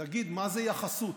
תגיד, מה זה יחסות?